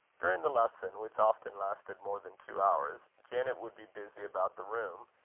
during the lesson, which often lasted more than two hours, janet would be busy about the room,